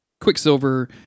Quicksilver